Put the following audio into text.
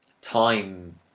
time